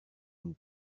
une